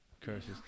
curses